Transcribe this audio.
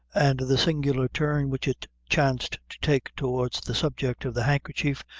and the singular turn which it chanced to take towards the subject of the handkerchief,